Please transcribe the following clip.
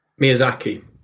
Miyazaki